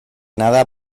nada